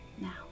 Now